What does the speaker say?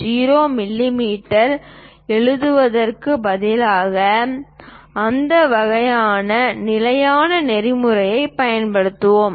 0 மிமீ எழுதுவதற்குப் பதிலாக அந்த வகையான நிலையான நெறிமுறையைப் பயன்படுத்துவோம்